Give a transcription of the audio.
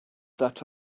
that